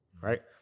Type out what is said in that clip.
Right